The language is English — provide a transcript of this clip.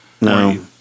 No